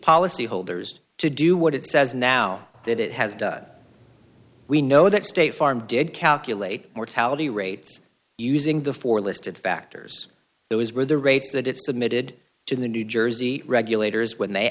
policyholders to do what it says now that it has done we know that state farm did calculate mortality rates using the four listed factors those were the rates that it submitted to the new jersey regulators when they